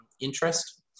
interest